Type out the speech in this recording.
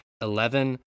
Eleven